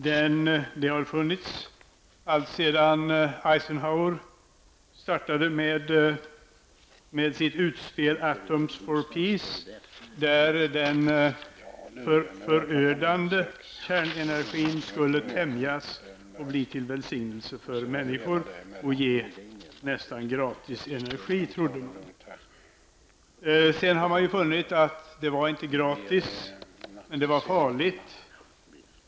Det har funnits alltsedan Eisenhower startade med sitt utspel Atoms for Peace, där den förödande kärnenergin skulle tämjas och bli till välsignelse för människor och ge nästan gratis energi. Sedan har man funnit att den inte var gratis, men den var farlig.